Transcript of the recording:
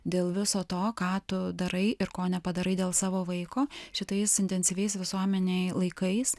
dėl viso to ką tu darai ir ko nepadarai dėl savo vaiko šitais intensyviais visuomenei laikais